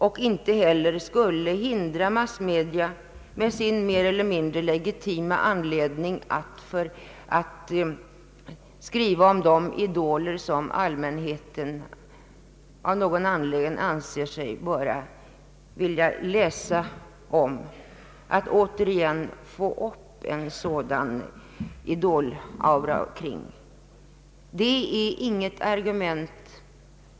Ingenting skulle heller hindra massmedia med deras mer eller mindre legitima anledning från att behandia de idoler som allmänheten av någon anledning anser sig vilja få veta om och på det sättet åter skapa en idolaura på detta område. Det är inget argument.